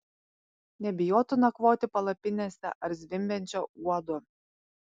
nebijotų nakvoti palapinėse ar zvimbiančio uodo